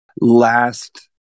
last